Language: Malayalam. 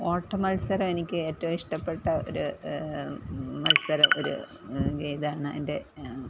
ഓട്ട മത്സരം എനിക്ക് ഏറ്റോഷ്ടപ്പെട്ട ഒരു മത്സരം ഒരു ഇതാണ് എൻ്റെ